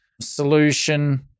solution